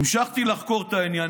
המשכתי לחקור את העניין.